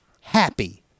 Happy